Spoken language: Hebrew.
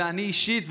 אני אישית,